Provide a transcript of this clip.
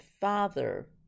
father